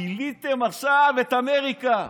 גיליתם עכשיו את אמריקה,